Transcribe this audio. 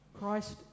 Christ